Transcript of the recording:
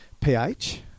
pH